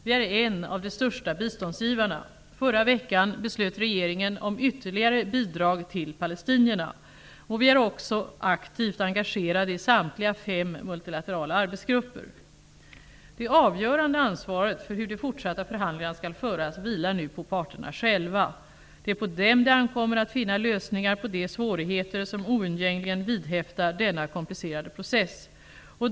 Vi är en av de största biståndsgivarna. Förra veckan beslöt regeringen om ytterligare bidrag till palestinierna. Vi är också aktivt engagerade i samtliga fem multilaterala arbetsgrupper. Det avgörande ansvaret för hur de fortsatta förhandlingarna skall föras vilar nu på parterna själva. Det är på dem det ankommer att finna lösningar på de svårigheter som oundgängligen vidhäftar denna komplicerade process.